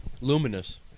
Luminous